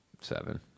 Seven